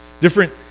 different